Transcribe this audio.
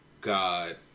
God